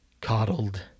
Coddled